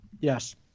yes